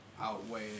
outweigh